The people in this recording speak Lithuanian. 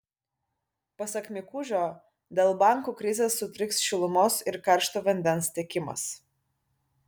pasak mikužio dėl bankų krizės sutriks šilumos ir karšto vandens tiekimas